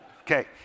Okay